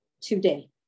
today